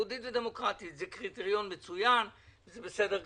יהודית ודמוקרטית זה קריטריון מצוין וזה בסדר גמור.